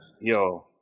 Yo